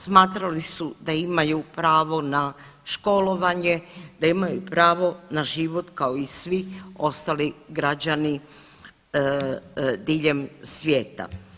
Smatrali su da imaju pravo na školovanje, da imaju pravo na život kao i svi ostali građani diljem svijeta.